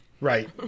Right